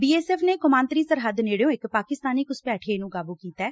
B S F ਨੇ ਕੌਮਾਤਰੀ ਸਰਹੱਦ ਨੇਡਿਓ ਇਕ ਪਾਕਿਸਤਾਨੀ ਘੁਸਪੈਠੀਏ ਨੂੰ ਕਾਬੂ ਕੀਤੈ